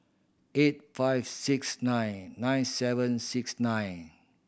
eight five six nine nine seven six nine